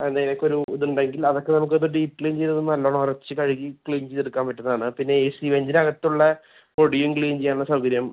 എന്തെങ്കിലുമൊക്കൊരു ഇതുണ്ടെങ്കിൽ അതൊക്കെ നമുക്ക് ഒന്ന് ഡീപ് ക്ലീൻ ചെയ്തത് നല്ലോണം ഉരച്ച് കഴുകി ക്ലീൻ ചെയ്തെടുക്കാൻ പറ്റുന്നതാണ് പിന്നെ ഏസി വെഞ്ചിനകത്തുള്ള പൊടിയും ക്ലീൻ ചെയ്യാനുള്ള സൗകര്യം